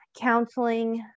counseling